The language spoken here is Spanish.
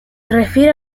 refiere